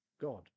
God